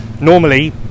normally